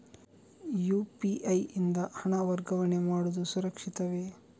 UPI ಯಿಂದ ಹಣ ವರ್ಗಾವಣೆ ಮಾಡುವುದು ಸುರಕ್ಷಿತವೇ?